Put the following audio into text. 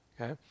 okay